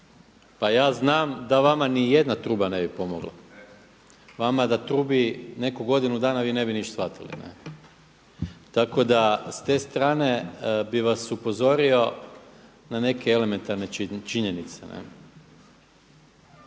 Pa ja znam da vama niti jedna truba ne bi pomogla. Vama da trubi netko godinu dana vi ne bi ništa shvatili. Tako da s te strane bih vas upozorio na neke elementarne činjenice.